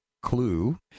clue